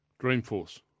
Dreamforce